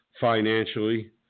financially